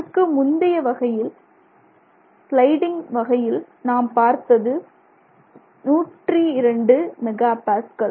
இதற்கு முந்தைய வகையில் ஸ்லைடிங் வகையில் நாம் பார்த்தது 102 MPa